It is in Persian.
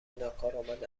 ناکارآمد